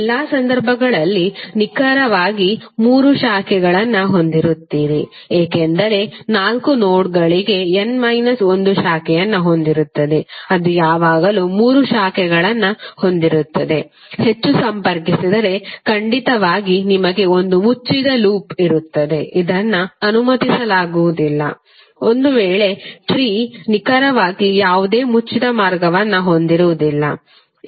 ಎಲ್ಲಾ ಸಂದರ್ಭಗಳಲ್ಲಿ ನಿಖರವಾಗಿ ಮೂರು ಶಾಖೆಗಳನ್ನು ಹೊಂದಿರುತ್ತೀರಿ ಏಕೆಂದರೆ ಅದು ನಾಲ್ಕು ನೋಡ್ಗಳಿಗೆ n ಮೈನಸ್ ಒಂದು ಶಾಖೆಯನ್ನು ಹೊಂದಿರುತ್ತದೆ ಅದು ಯಾವಾಗಲೂ ಮೂರು ಶಾಖೆಗಳನ್ನು ಹೊಂದಿರುತ್ತದೆ ಹೆಚ್ಚು ಸಂಪರ್ಕಿಸಿದರೆ ಖಂಡಿತವಾಗಿಯೂ ನಿಮಗೆ ಒಂದು ಮುಚ್ಚಿದ ಲೂಪ್ ಇರುತ್ತದೆ ಇದನ್ನು ಅನುಮತಿಸಲಾಗುವುದಿಲ್ಲ ಒಂದು ವೇಳೆ ಟ್ರೀ ನಿಖರವಾಗಿ ಯಾವುದೇ ಮುಚ್ಚಿದ ಮಾರ್ಗವನ್ನು ಹೊಂದಿರುವುದಿಲ್ಲ